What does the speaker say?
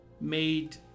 made